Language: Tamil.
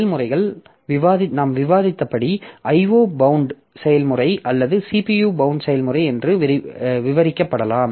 செயல்முறைகள் நாம் விவாதித்தபடி IO பௌண்ட் செயல்முறை அல்லது CPU பௌண்ட் செயல்முறை என்று விவரிக்கப்படலாம்